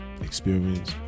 experience